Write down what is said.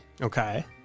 Okay